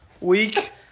Week